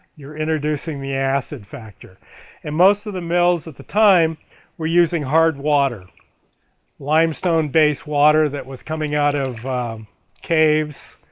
your introducing the acid factor and most of the mills at the time were using hard water limestone based water that was coming out of caves